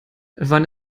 wann